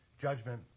judgment